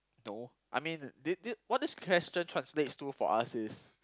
no I mean di~ di~ what this question translates to for us is